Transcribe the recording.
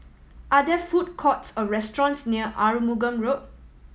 are there food courts or restaurants near Arumugam Road